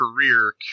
career